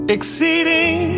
Exceeding